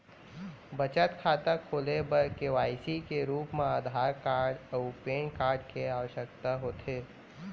बचत खाता खोले बर के.वाइ.सी के रूप मा आधार कार्ड अऊ पैन कार्ड के आवसकता होथे